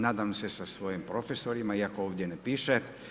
Nadam se sa svojim profesorima iako ovdje ne piše.